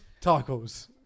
Tacos